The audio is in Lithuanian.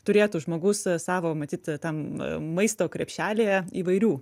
turėtų žmogus savo matyt tam maisto krepšelyje įvairių